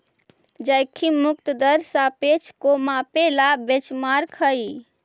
जोखिम मुक्त दर सापेक्ष को मापे ला बेंचमार्क हई